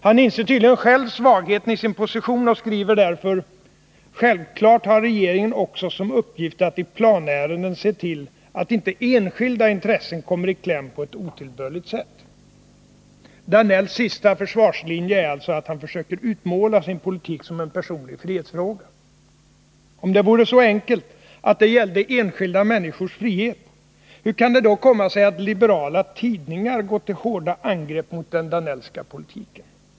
Han inser tydligen själv svagheten i sin position och skriver därför: ”Självklart har regeringen också som uppgift att i planärenden se till att inte enskilda intressen kommer i kläm på ett otillbörligt sätt.” Georg Danells sista försvarslinje är alltså att han försöker utmåla sin politik som en fråga om personlig frihet. Om det vore så enkelt att det gällde de enskilda människornas frihet, hur kan det då komma sig att liberala tidningar gått till hårda angrepp mot den Danellska politiken?